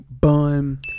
bun